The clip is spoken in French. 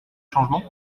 changements